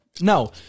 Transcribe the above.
No